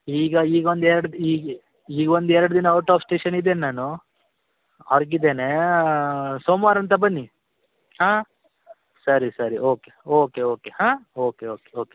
ಈಗ ಈಗ ಒಂದು ಎರಡು ಈಗ ಈಗ ಒಂದು ಎರಡು ದಿನ ಔಟ್ ಆಫ್ ಸ್ಟೇಷನ್ ಇದೇನು ನಾನು ಹೊರಗಿದೇನೇ ಸೋಮವಾರ ಅಂತ ಬನ್ನಿ ಹಾಂ ಸರಿ ಸರಿ ಓಕೆ ಓಕೆ ಓಕೆ ಹಾಂ ಓಕೆ ಓಕೆ ಓಕೆ